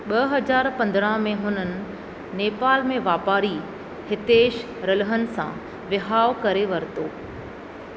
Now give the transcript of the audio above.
ॿ हज़ार पंद्रहं में हुननि नेपाल में वापारी हितेश रल्हन सां विहांउ करे वरितो